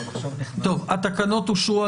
התקנות אושרו.